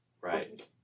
Right